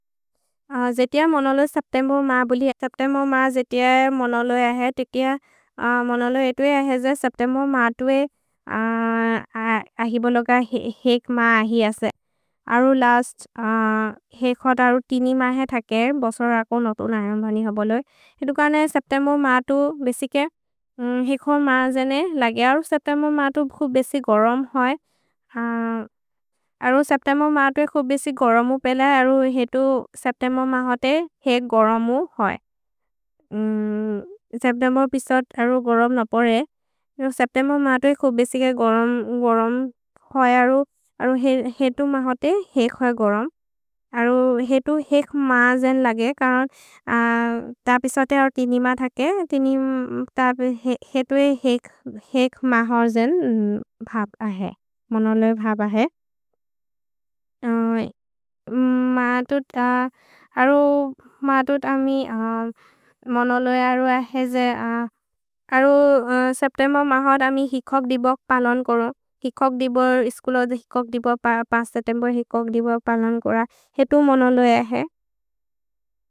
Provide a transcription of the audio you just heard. जेतिअ मोनोलो सेप्तेमो मा बुलि। सेप्तेमो मा जेतिअ मोनोलो अहे। जेतिअ मोनोलो एतु अहे जे सेप्तेमो मातु ए अहि बोलोग हेक् मा अहि असे। अरु लस्त् हेक् होत् अरु तिनि मा हे थके। भोसोर् अको नतु नयन् भनि ह बोलोइ। हेतु कर्ने सेप्तेमो मातु बेसिके हेक् होत् मा जेने लगे। अरु सेप्तेमो मातु भु बेसि गोरोम् होइ। अरु सेप्तेमो मातु ए खु बेसि गोरोमु पेले। अरु हेतु सेप्तेमो मा होते हेक् गोरोमु होइ। सेप्तेमो पिसोत् अरु गोरोम् न पोरे। अरु सेप्तेमो मातु ए खु बेसिके गोरोम् होइ। अरु हेतु मा होते हेक् होइ गोरोम्। अरु हेतु हेक् मा जेने लगे। करन् त पिसोत् ए अरु तिनि मा थके। त हेतु ए हेक् मा होत् जेने भब् अहे। मोनोलो ए भब् अहे। अरु मातु त मि मोनोलो ए अरु अहे। अरु सेप्तेमो मा होत् अमि हेक् होत् दिबोग् पलोन् कोरो। हेक् होत् दिबोग् इस्कुलो हेक् होत् दिबोग् सेप्तेम्बो हेक् होत् दिबोग् पलोन् कोर। हेतु मोनोलो ए अहे।